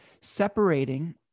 separating